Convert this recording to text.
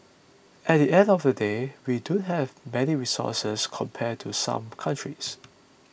at the end of the day we don't have many resources compared to some countries